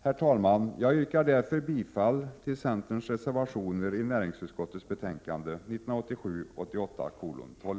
Herr talman! Jag yrkar därför bifall till centerns reservationer i näringsutskottets betänkande 1987/88:12.